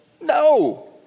No